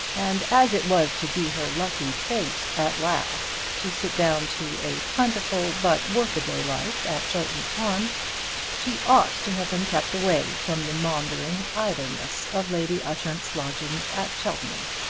and as it was to be her lucky fate at last to sit down to a plentiful but work-a-day life at chowton farm she ought to have been kept away from the maundering idleness of lady ushant's lodgings at cheltenham.